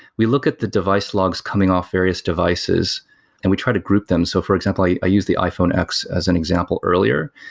we look at the device logs coming off various devices and we try to group them. so for example, i i used the iphone x as an example earlier.